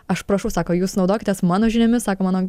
aš prašau sako jūs naudokitės mano žiniomis sako mano